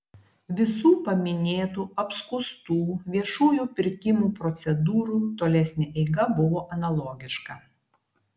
visų paminėtų apskųstų viešųjų pirkimų procedūrų tolesnė eiga buvo analogiška